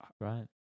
Right